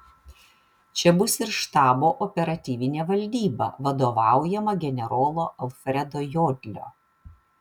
čia bus ir štabo operatyvinė valdyba vadovaujama generolo alfredo jodlio